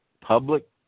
public